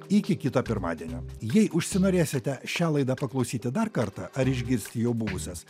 iki kito pirmadienio jei užsinorėsite šią laidą paklausyti dar kartą ar išgirsti jau buvusias